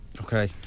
Okay